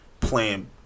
playing